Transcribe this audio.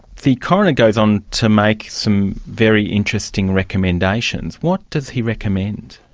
the coroner goes on to make some very interesting recommendations. what does he recommend?